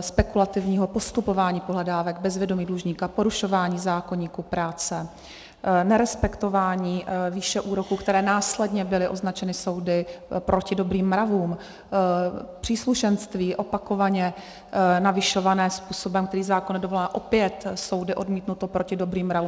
spekulativního postupování pohledávek bez vědomí dlužníka, porušování zákoníku práce, nerespektování výše úroků, které následně byly označeny soudy proti dobrým mravům, příslušenství opakovaně navyšované způsobem, který zákon nedovoluje, opět soudy odmítnuto, proti dobrým mravům atd. atd.